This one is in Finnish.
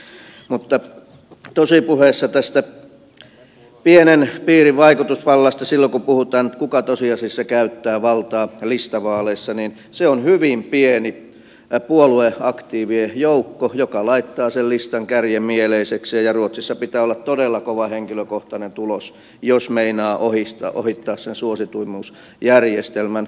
mutta tosipuheessa silloin kun puhutaan tästä pienen piirin vaikutusvallasta kuka tosiasiassa käyttää valtaa listavaaleissa se on hyvin pieni puolueaktiivien joukko joka laittaa sen listan kärjen mieleisekseen ja ruotsissa pitää olla todella kova henkilökohtainen tulos jos meinaa ohittaa sen suosituimmuusjärjestelmän